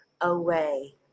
away